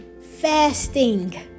fasting